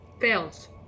Fails